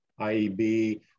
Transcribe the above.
IEB